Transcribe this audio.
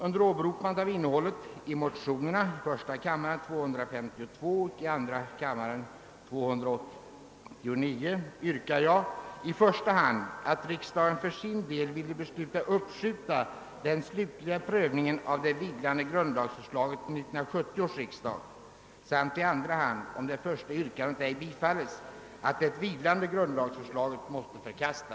Under åberopande av vad som anförts i motionerna I: 252 och II: 289 yrkar jag i första hand, att riksdagen för sin del ville besluta att uppskjuta den slutliga prövningen av det vilande grundlagsändringsförslaget till 1970 års riksdag, samt i andra hand,